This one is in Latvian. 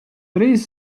drīz